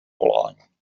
volání